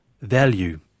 value